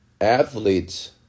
athletes